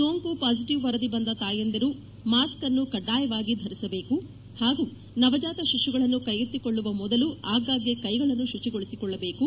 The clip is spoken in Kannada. ಸೋಂಕು ಪಾಸಿಟಿವ್ ವರದಿ ಬಂದ ತಾಯಂದಿರು ಮಾಸ್ಕ್ ಅನ್ನು ಕಡ್ಲಾಯವಾಗಿ ಧರಿಸಬೇಕು ಹಾಗೂ ನವಜಾತ ಶಿಶುಗಳನ್ನು ಕೈಗೆತ್ತಿಕೊಳ್ಳುವ ಮೊದಲು ಆಗಾಗ್ಗೆ ಕೈಗಳನ್ನು ಶುಚಿಗೊಳಿಸಿಕೊಳ್ಳಬೇಕು